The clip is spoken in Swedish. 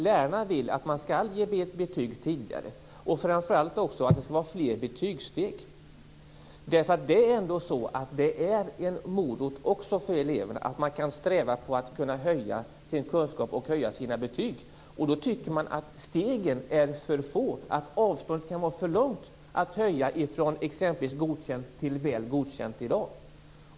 Lärarna vill att man skall ge betyg tidigare, och framför allt också att det skall finnas fler betygsteg. Det är nämligen en morot för eleverna att de kan sträva efter att kunna höja sina kunskaper och sina betyg. Lärarna tycker att stegen är för få och att avståndet kan vara för långt i dag när det gäller att höja från exempelvis Godkänd till Väl godkänd.